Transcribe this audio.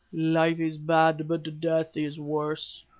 life is bad, but death is worse.